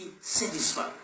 satisfied